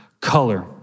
color